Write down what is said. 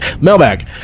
Mailbag